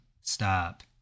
Stop